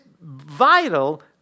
vital